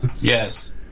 Yes